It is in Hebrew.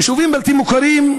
יישובים בלתי מוכרים,